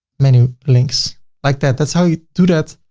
menu links like that. that's how you do that.